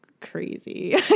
crazy